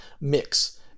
mix